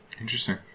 Interesting